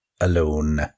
Alone